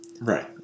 Right